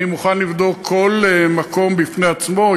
אני מוכן לבדוק כל מקום בפני עצמו,